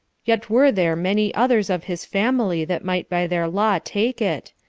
yet were there many others of his family that might by their law take it,